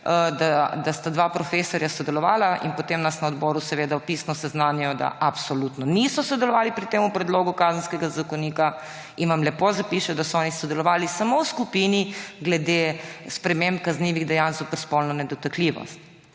da sta dva profesorja sodelovala, in potem nas na odboru seveda pisno seznanijo, da absolutno niso sodelovali pri tem predlogu Kazenskega zakonika, in vam lepo zapišejo, da so oni sodelovali samo v skupini glede sprememb kaznivih dejanj zoper spolno nedotakljivost.